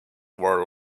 were